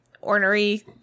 ornery